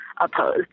opposed